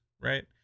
right